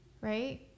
right